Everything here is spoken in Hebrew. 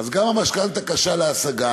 אז גם המשכנתה קשה להשגה